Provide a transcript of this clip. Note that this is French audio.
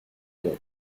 monde